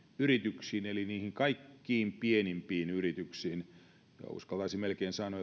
yrityksiin eli niihin kaikkein pienimpiin yrityksiin niihin uskaltaisin melkein sanoa